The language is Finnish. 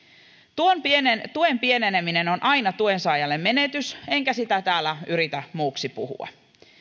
tuen pieneneminen on aina tuensaajalle menetys enkä sitä täällä yritä muuksi puhua